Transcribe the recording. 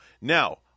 Now